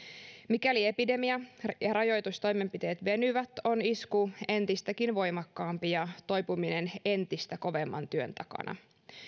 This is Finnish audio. mikäli epidemia ja rajoitustoimenpiteet venyvät on isku entistäkin voimakkaampi ja toipuminen entistä kovemman työn takana